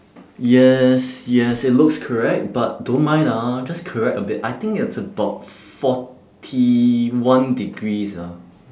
yes yes it looks correct but don't mind ah just correct a bit I think it's about forty one degrees ah